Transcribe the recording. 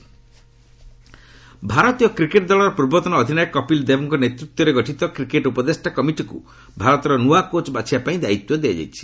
India coach ଭାରତୀୟ cricket ଦଳର ପୂର୍ବତନ ଅଧିନାୟକ କପିଲ୍ ଦେବଙ୍କ ନେତୃତ୍ୱ ଗଠିତ କ୍ରିକେଟ୍ ଉପଦେଷ୍ଟା କମିଟିକ୍ ଭାରତର ନ୍ତଆ କୋଚ୍ ବାଛିବା ପାଇଁ ଦାୟିତ୍ୱ ଦିଆଯାଇଛି